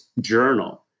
Journal